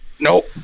nope